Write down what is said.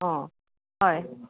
অঁ হয়